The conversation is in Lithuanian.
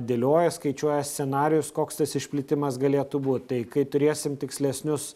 dėlioja skaičiuoja scenarijus koks tas išplitimas galėtų būt tai kai turėsim tikslesnius